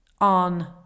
on